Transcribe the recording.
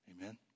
Amen